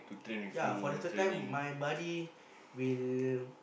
ya for the third time my buddy will